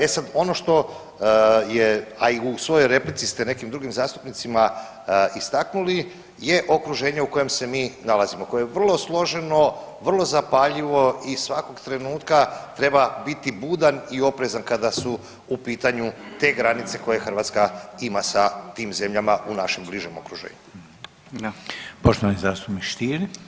E sad, ono što je, a i u svojoj replici ste nekim drugim zastupnicima istaknuli je okruženje u kojem se mi nalazimo, koje je vrlo složeno, vrlo zapaljivo i svakog trenutka treba biti budan i oprezan kada su u pitanju te granice koje Hrvatska ima sa tim zemljama u našem bližem okruženju.